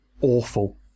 awful